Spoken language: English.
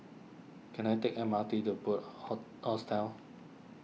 can I take M R T to Bunc Hostel